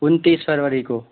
उनतीस फरवरी को